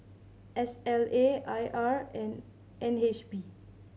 S L A I R and N H B